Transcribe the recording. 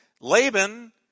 Laban